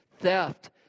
Theft